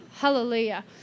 Hallelujah